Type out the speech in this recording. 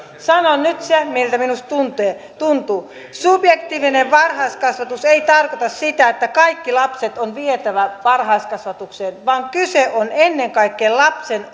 sanon nyt sen miltä minusta tuntuu subjektiivinen varhaiskasvatus ei tarkoita sitä että kaikki lapset on vietävä varhaiskasvatukseen vaan kyse on ennen kaikkea lapsen